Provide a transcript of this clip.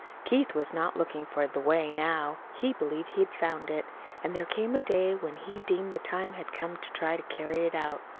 keith was not looking for the way now. he believed he had found it and there came a day when he deemed the time had come to try to carry it out.